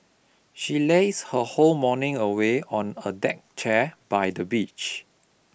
she lazed her whole morning away on a deck chair by the beach